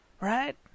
right